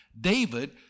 David